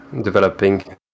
developing